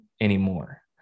anymore